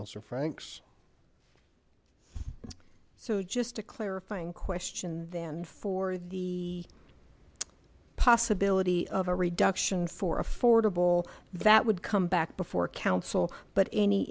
lse or franks so just to clarify and question then for the possibility of a reduction for affordable that would come back before counsel but any